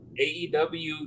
AEW